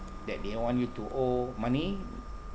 that they want you to owe money